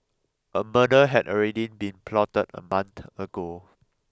a murder had already been plotted a month ago